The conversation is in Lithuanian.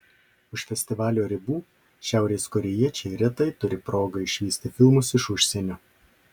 už festivalio ribų šiaurės korėjiečiai retai turi progą išvysti filmus iš užsienio